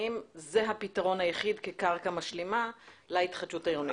האם זה הפתרון היחיד כקרקע משלימה להתחדשות העירונית.